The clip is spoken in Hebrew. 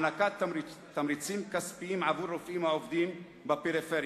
הענקת תמריצים כספיים לרופאים העובדים בפריפריה,